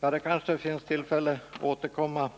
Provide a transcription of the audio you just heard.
Det kanske blir tillfälle att återkomma